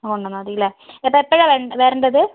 വന്നാൽ മതിയല്ലേ അപ്പോൾ എപ്പോഴാണ് വരേണ്ടത്